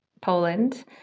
Poland